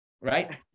right